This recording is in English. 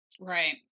Right